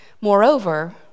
moreover